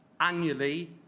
annually